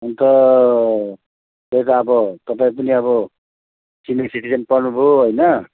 अन्त त्यही त अब तपाईँ पनि अब सिनियर सिटिजन पर्नुभयो होइन